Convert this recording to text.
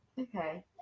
Okay